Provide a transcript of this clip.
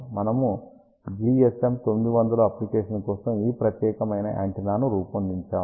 మనము GSM 900 application కోసం ఈ ప్రత్యేకమైన యాంటెన్నాను రూపొందించాము